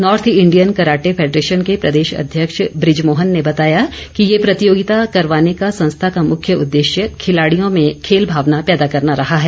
north Indian karate federation के प्रदेश अध्यक्ष बृज मोहन ने बताया कि ये प्रतियोगिता करवाने का संस्था का मुख्य उद्देश्य खिलाड़ियों में खेल भावना पैदा करना रहा है